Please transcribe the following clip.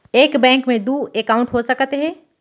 एक बैंक में दू एकाउंट हो सकत हे?